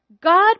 God